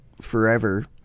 forever